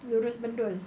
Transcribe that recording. lurus bendul